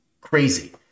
crazy